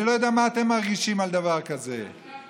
אני לא יודע מה אתם מרגישים על דבר כזה, עכשיו